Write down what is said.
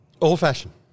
old-fashioned